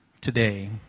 today